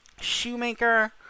Shoemaker